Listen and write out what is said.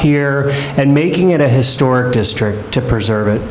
here and making it a historic district to preserve it